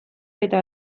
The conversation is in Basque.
eta